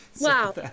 Wow